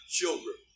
children